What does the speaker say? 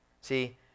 See